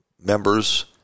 members